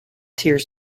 tears